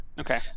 Okay